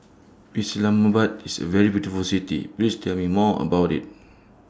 Islamabad IS A very beautiful City Please Tell Me More about IT